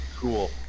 Cool